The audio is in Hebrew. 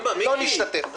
עד להשבעת הכנסת.